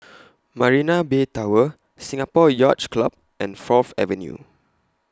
Marina Bay Tower Singapore Yacht Club and Fourth Avenue